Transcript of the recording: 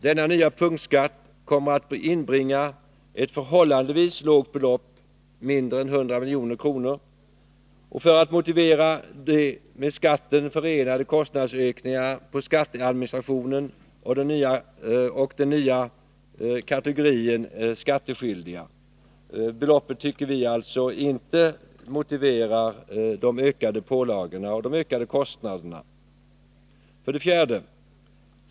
Denna nya punktskatt kommer att inbringa ett förhållandevis lågt belopp — mindre än 100 milj.kr. — för att motivera de med skatten förenade kostnadsökningarna på skatteadministrationen och de nya kategorierna skattskyldiga. Detta belopp tycker vi inte motiverar de ökade pålagorna och de ökade kostnaderna. 4.